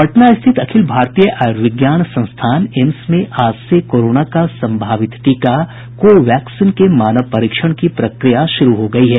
पटना रिथत अखिल भारतीय आयुर्विज्ञान संस्थान एम्स में आज से कोरोना का सम्भावित टीका कोवैक्सीन के मानव परीक्षण की प्रक्रिया शुरू हो गयी है